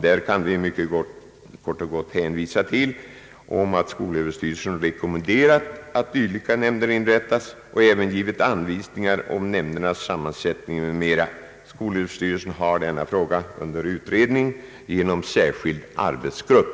Där kan vi kort och gott hänvisa till att skolöverstyrelsen rekommenderat att dylika nämnder inrättas och även givit anvisningar om nämndernas sammansättning m.m. Skolöverstyrelsen har denna fråga under utredning genom en särskild arbetsgrupp.